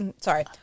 sorry